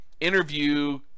Interview